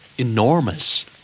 Enormous